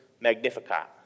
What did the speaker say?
Magnificat